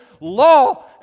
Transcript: law